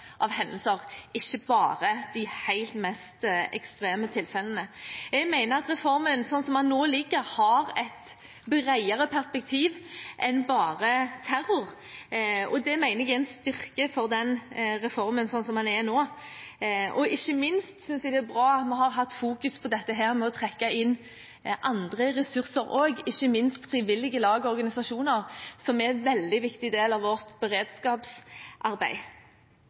hendelser, ikke bare de mest ekstreme tilfellene. Jeg mener at reformen, slik den nå ligger, har et bredere perspektiv enn bare terrorperspektivet, og det mener jeg er en styrke for reformen slik den er nå. Ikke minst synes jeg det er bra at vi har lagt vekt på å trekke inn andre ressurser også, ikke minst frivillige lag og organisasjoner, som er en veldig viktig del av vårt beredskapsarbeid.